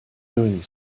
doing